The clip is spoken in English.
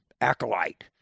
acolyte